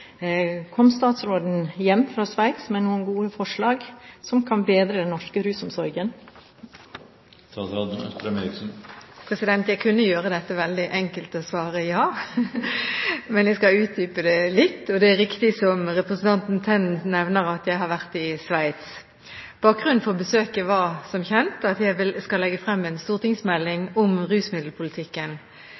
Kom statsråden hjem fra Sveits med noen gode forslag som kan bedre den norske rusomsorgen?» Jeg kunne gjøre dette veldig enkelt og svare ja, men jeg skal utdype det litt. Det er riktig som representanten Tenden nevner, at jeg har vært i Sveits. Bakgrunnen for besøket var som kjent at jeg skal legge frem en stortingsmelding om rusmiddelpolitikken.